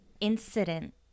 incident